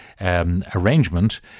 arrangement